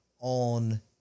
on